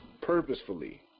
Purposefully